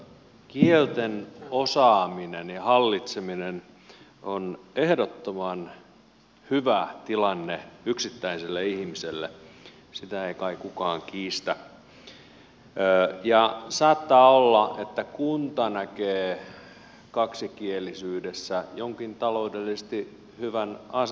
kielten osaaminen ja hallitseminen on ehdottoman hyvä tilanne yksittäiselle ihmiselle sitä ei kai kukaan kiistä ja saattaa olla että kunta näkee kaksikielisyydessä jonkin taloudellisesti hyvän aseman tilanteen